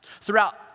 throughout